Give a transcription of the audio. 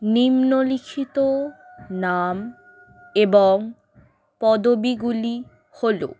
নিম্নলিখিত নাম এবং পদবীগুলি হল